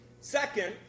Second